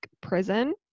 prison